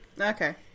Okay